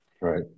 Right